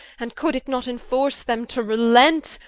and could it not inforce them to relent,